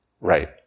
right